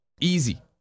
easy